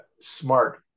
smart